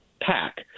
pack